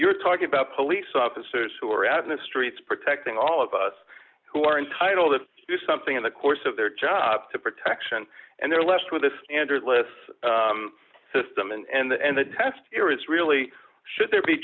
you're talking about police officers who are out in the streets protecting all of us who are entitled to do something in the course of their job to protection and they're left with this and are less system and the test here is really should there be